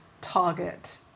target